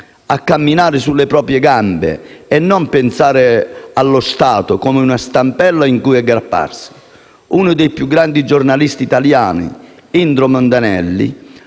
a camminare sulle proprie gambe e non considerare lo Stato come una stampella a cui aggrapparsi. Uno dei più grandi giornalisti italiani, Indro Montanelli,